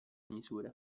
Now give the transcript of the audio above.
misure